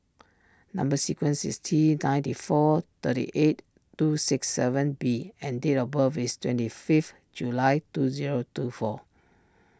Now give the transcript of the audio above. Number Sequence is T ninety four thirty eight two six seven B and date of birth is twenty fifth July two zero two four